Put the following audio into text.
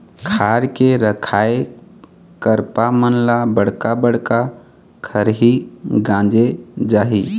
खार के रखाए करपा मन ल बड़का बड़का खरही गांजे जाही